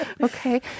Okay